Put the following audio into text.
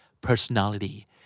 personality